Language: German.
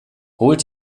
holt